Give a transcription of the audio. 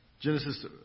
Genesis